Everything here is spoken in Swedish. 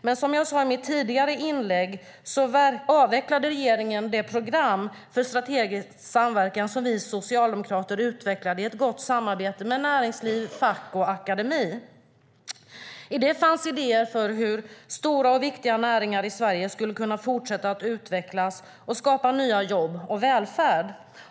Men som jag sade i mitt tidigare inlägg avvecklade regeringen det program för strategisk samverkan som vi socialdemokrater utvecklade i ett gott samarbete med näringsliv, fack och akademi. I det fanns idéer för hur stora och viktiga näringar i Sverige skulle kunna fortsätta att utvecklas och skapa nya jobb och välfärd.